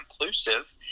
inclusive